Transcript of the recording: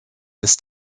ist